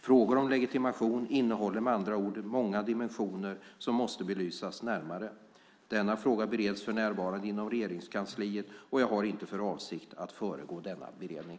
Frågor om legitimation innehåller med andra ord många dimensioner som måste belysas närmare. Denna fråga bereds för närvarande inom Regeringskansliet, och jag har inte för avsikt att föregå denna beredning.